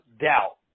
doubt